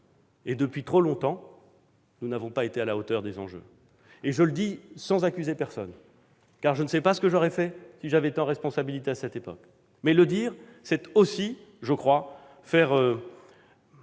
et depuis trop longtemps, nous n'avons pas été à la hauteur des enjeux. Je le dis sans accuser personne, car je ne sais pas ce que j'aurais fait si j'avais été aux responsabilités à cette époque. Mais le dire, c'est aussi, je crois, faire